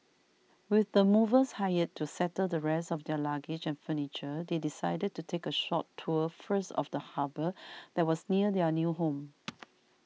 with the movers hired to settle the rest of their luggage and furniture they decided to take a short tour first of the harbour that was near their new home